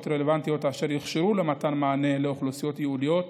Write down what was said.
רלוונטיות אשר יוכשרו למתן מענה לאוכלוסיות ייחודיות.